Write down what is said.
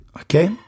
okay